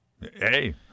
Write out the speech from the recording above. Hey